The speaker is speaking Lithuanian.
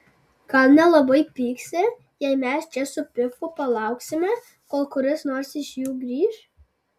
gal nelabai pyksi jei mes čia su pifu palauksime kol kuris nors iš jų grįš